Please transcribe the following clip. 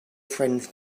friends